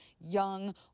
young